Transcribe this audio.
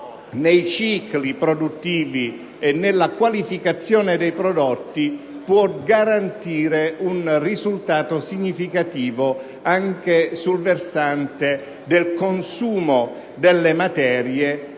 nei cicli produttivi e nella qualificazione dei prodotti può garantire un risultato significativo anche sul versante del consumo delle materie